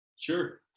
Sure